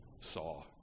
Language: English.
saw